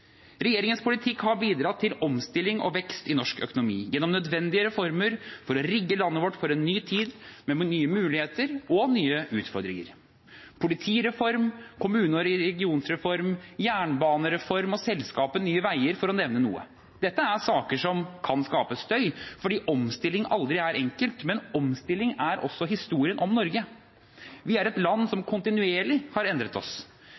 Regjeringens politikk har bidratt til omstilling og vekst i norsk økonomi gjennom nødvendige reformer for å rigge landet vårt for en ny tid med nye muligheter og nye utfordringer: politireform, kommune- og regionreform, jernbanereform og selskapet Nye Veier, for å nevne noe. Dette er saker som kan skape støy, fordi omstilling aldri er enkelt. Men omstilling er også historien om Norge. Vi er et land som kontinuerlig har endret oss.